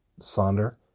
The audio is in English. Sonder